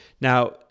Now